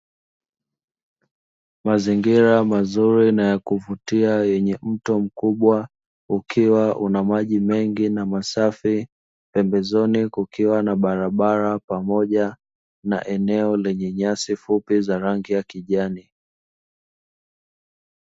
Mazingira mazuri na ya kuvutia yenye mto mkubw aukiwa una maji mengi na masafi, pembezoni kukiwa na barabara pamoja na eneo lenye nyasi fupi za rangi ya kijani.